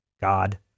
God